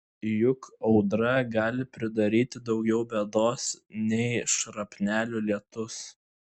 juk audra gali pridaryti daugiau bėdos nei šrapnelių lietus